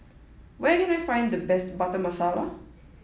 where can I find the best butter masala